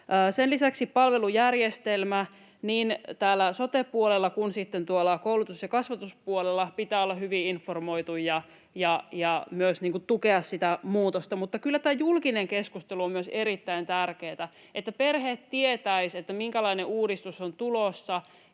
Sen lisäksi palvelujärjestelmän niin täällä sote-puolella kuin sitten tuolla koulutus- ja kasvatuspuolella pitää olla hyvin informoitu ja myös tukemassa muutosta. Mutta kyllä tämä julkinen keskustelu on myös erittäin tärkeätä, että perheet tietäisivät, minkälainen uudistus on tulossa,